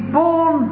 born